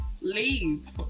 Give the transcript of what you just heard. leave